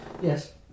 yes